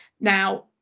now